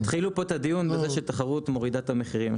התחילו פה את הדיון בזה שתחרות מורידה את המחירים.